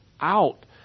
out